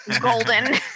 golden